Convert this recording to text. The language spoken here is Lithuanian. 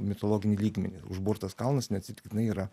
mitologinį lygmenį užburtas kalnas neatsitiktinai yra